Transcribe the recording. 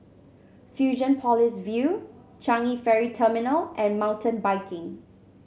Fusionopolis View Changi Ferry Terminal and Mountain Biking